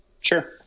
Sure